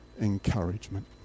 encouragement